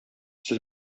сез